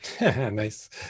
nice